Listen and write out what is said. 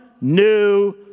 new